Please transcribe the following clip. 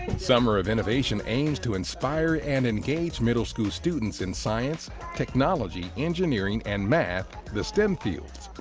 summer of innovation aims to inspire and engage middle school students in science, technology, engineering and math, the stem fields.